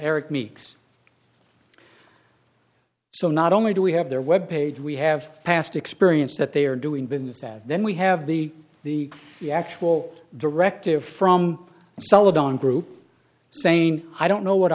eric meet so not only do we have their web page we have past experience that they are doing business as then we have the the the actual directive from celadon group saying i don't know what